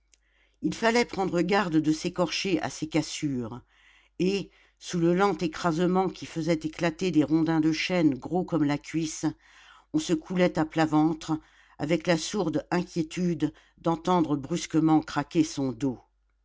il fallait prendre garde de s'écorcher à ces cassures et sous le lent écrasement qui faisait éclater des rondins de chêne gros comme la cuisse on se coulait à plat ventre avec la sourde inquiétude d'entendre brusquement craquer son dos